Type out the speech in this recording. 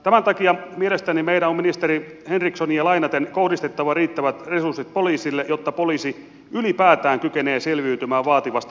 tämän takia mielestäni meidän on ministeri henrikssonia lainaten kohdistettava riittävät resurssit poliisille jotta poliisi ylipäätään kykenee selviytymään vaativasta valvontatehtävästä